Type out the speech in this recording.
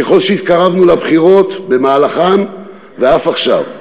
ככל שהתקרבנו לבחירות, במהלכן ואף עכשיו,